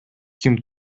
ким